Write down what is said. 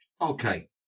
Okay